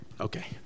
Okay